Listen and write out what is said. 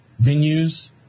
venues